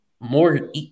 more